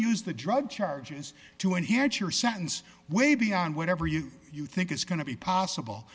use the drug charges to enhance your sentence way beyond whatever you you think is going to be possible